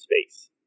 space